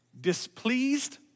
displeased